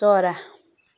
चरा